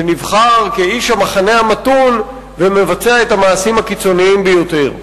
שנבחר כאיש המחנה המתון ומבצע את המעשים הקיצוניים ביותר.